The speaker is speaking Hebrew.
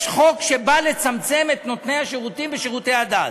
יש חוק שבא לצמצם את נותני השירותים בשירותי הדת.